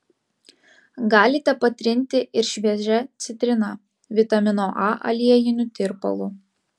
galite patrinti ir šviežia citrina vitamino a aliejiniu tirpalu